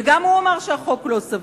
וגם הוא אמר שהחוק לא סביר.